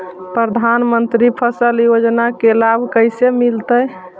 प्रधानमंत्री फसल योजना के लाभ कैसे मिलतै?